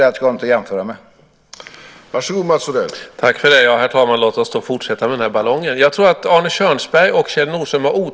Detta säger jag bara för att Mats Odell ska ha något att jämföra med.